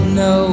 no